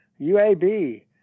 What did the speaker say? UAB